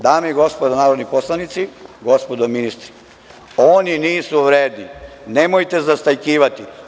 Dame i gospodo narodni poslanici, gospodo ministri, oni nisu vredni, nemojte zastajkivati.